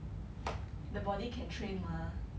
the body can train mah